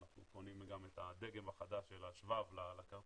ואנחנו קונים גם את הדגם החדש של השבב לכרטיס